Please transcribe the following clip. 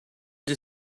the